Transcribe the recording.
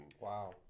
Wow